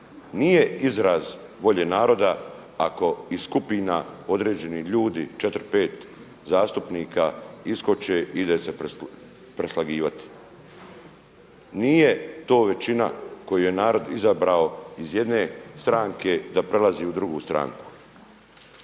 nije izraz volje naroda i skupina određenih ljudi 4, 5 zastupnika iskoče ide se preslagivati. Nije to većina koju je narod izabrao iz jedne stranke da prelazi u drugu stranku.